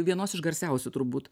vienos iš garsiausių turbūt